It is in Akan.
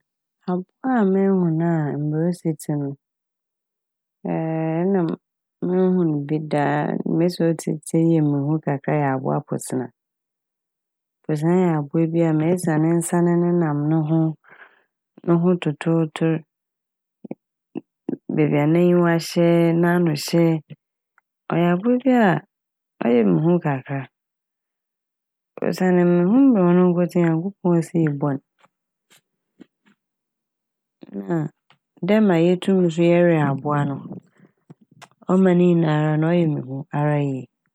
Abowa a mehu no a mbrɛ osi tse no nna munnhu bi da mesi a otsi yɛ abowa posena. Posena yɛ abowa bi a mesi a ne nsa ne nenam ne ho no ho totootor mm- beebi n'enyiwa hyɛ, n'ano hyɛ. Ɔyɛ abowa bi a no ho yɛ muhu kakra a osiandɛ munnhu mbrɛ a ɔno nkotsee Nyankopɔn osii bɔ n' na dɛm ma yetum so yɛwe abowa no ɔma ne nyinara no ɔyɛ muhu ara yie.